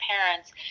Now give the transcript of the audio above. parents